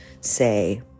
say